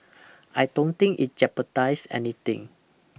I don't think it jepardise anything